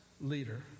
leader